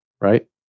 right